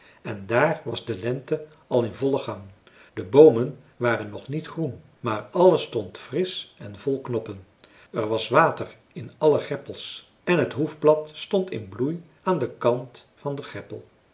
en daar was de lente al in vollen gang de boomen waren nog niet groen maar alles stond frisch en vol knoppen er was water in alle greppels en het hoefblad stond in bloei aan den kant van den